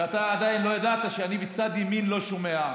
ואתה עדיין לא ידעת שבצד ימין אני לא שומע,